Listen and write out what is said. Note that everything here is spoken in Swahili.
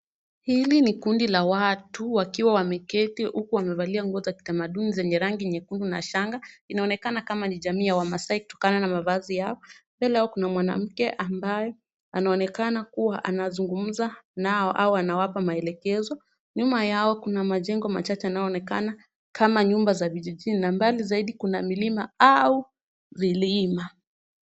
Hili ni kundi la watu wakiwa wameketi huku wamevalia nguo za kitamaduni zenye rangi nyekundu na shanga, inaonekana kama ni jamii ya wamaasai kutokana na mavazi yao. Mbele yao kuna mwanamke ambaye anaonekana kuwa anazungumza nao au anawapa maelekezo. Nyuma yao kuna majengo machache yanayoonekana kama nyumba za vijijini na mbali zaidi kuna milima au vilima.